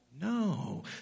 No